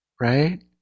right